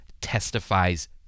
testifies